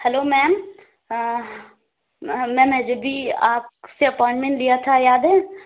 hello ma'am میں میں جبیں آپ سے اپوئنٹمنٹ لیا تھا یاد ہے